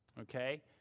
okay